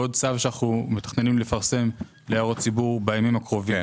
ועוד צו שאנחנו מתכננים לפרסם להערות הציבור בימים הקרובים.